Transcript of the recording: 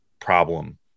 problem